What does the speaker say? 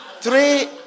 three